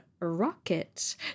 rocket